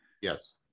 Yes